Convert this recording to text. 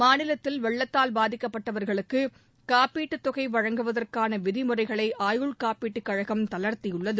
மாநிலத்தில் வெள்ளத்தால் பாதிக்கப்பட்டவர்களுக்கு காப்பீட்டுத் தொகை வழங்குவதற்கான விதிமுறைகளை ஆயுள் காப்பீட்டுக் கழகம் தளர்த்தியுள்ளது